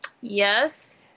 Yes